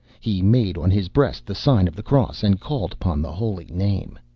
he made on his breast the sign of the cross, and called upon the holy name.